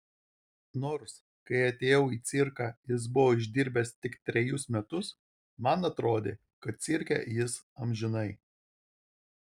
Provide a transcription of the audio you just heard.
nors kai atėjau į cirką jis buvo išdirbęs tik trejus metus man atrodė kad cirke jis amžinai